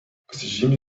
pasižymi